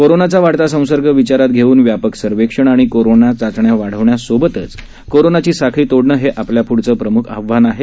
कोरोनाचा वाढता संसर्ग विचारात घेऊन व्यापक सर्वेक्षण आणि कोरोना चाचण्या वाढवण्यासोबतच कोरोनाची साखळी तोडणं हे आपल्याप्ढचं प्रमुख आव्हान आहे